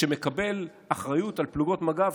שמקבל אחריות על פלוגות מג"ב,